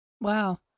Wow